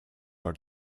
are